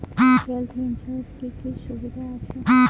Health insurance এ কি কি সুবিধা আছে?